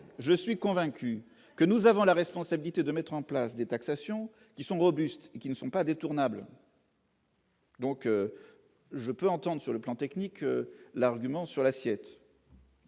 je suis convaincu que nous avons la responsabilité de mettre en place des taxations qui sont robustes et qui ne sont pas détournées à Blois. Donc je peux entendent sur le plan technique, l'argument sur l'assiette.